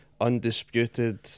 undisputed